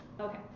Okay